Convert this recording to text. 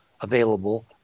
available